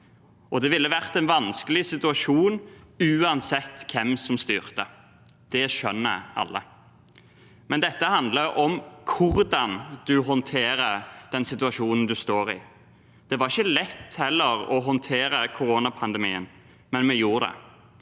det ville vært en vanskelig situasjon uansett hvem som styrte. Det skjønner alle. Dette handler om hvordan man håndterer den situasjonen man står i. Det var heller ikke lett å håndtere koronapandemien, men vi gjorde det.